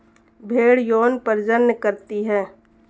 भेड़ यौन प्रजनन करती है